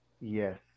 Yes